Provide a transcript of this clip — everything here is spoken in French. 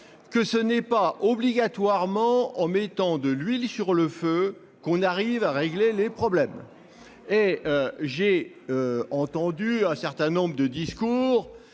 que ce n'est pas en jetant de l'huile sur le feu que l'on arrive à régler les problèmes. J'ai entendu un certain nombre de discours.